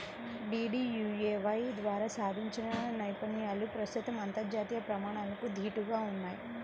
DDUAY ద్వారా సాధించిన నైపుణ్యాలు ప్రస్తుతం అంతర్జాతీయ ప్రమాణాలకు దీటుగా ఉన్నయ్